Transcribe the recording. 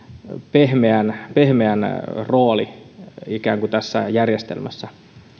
pehmeän pehmeän rooli tässä järjestelmässä arvoisa